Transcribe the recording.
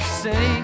say